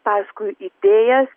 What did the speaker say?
paskui idėjas